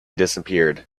disappeared